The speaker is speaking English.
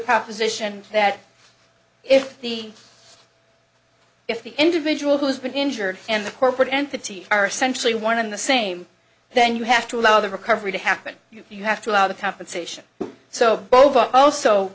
proposition that if the if the individual has been injured and the corporate entities are essentially one in the same then you have to allow the recovery to happen you have to allow the compensation so boba also